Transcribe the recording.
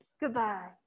Goodbye